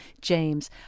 James